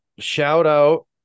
Shout-out